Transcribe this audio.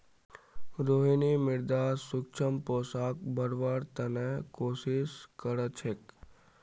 रोहिणी मृदात सूक्ष्म पोषकक बढ़व्वार त न कोशिश क र छेक